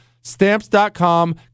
Stamps.com